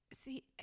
see